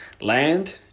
Land